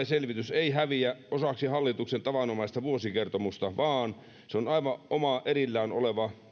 selvitys ei häviä osaksi hallituksen tavanomaista vuosikertomusta vaan se on aivan oma erillään oleva